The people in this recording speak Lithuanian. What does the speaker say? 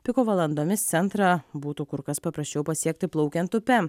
piko valandomis centrą būtų kur kas paprasčiau pasiekti plaukiant upe